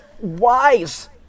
wise